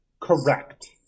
correct